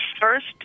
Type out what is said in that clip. first